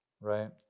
Right